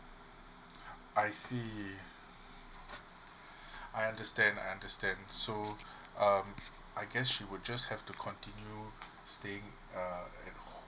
I see okay I understand I understand so um I guess she would just have to continue staying uh at home